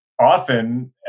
often